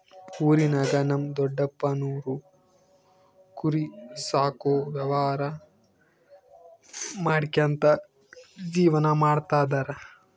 ಊರಿನಾಗ ನಮ್ ದೊಡಪ್ಪನೋರು ಕುರಿ ಸಾಕೋ ವ್ಯವಹಾರ ಮಾಡ್ಕ್ಯಂತ ಜೀವನ ಮಾಡ್ತದರ